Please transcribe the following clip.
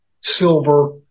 silver